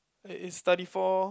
it is thirty four